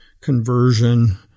conversion